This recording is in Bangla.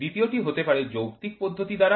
দ্বিতীয়টি হতে পারে যৌক্তিক পদ্ধতি দ্বারা